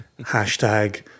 Hashtag